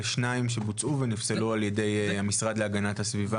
לשניים שבוצעו ונפסלו על ידי המשרד להגנת הסביבה.